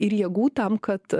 ir jėgų tam kad